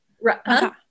right